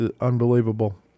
unbelievable